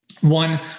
one